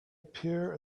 appear